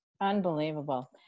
Unbelievable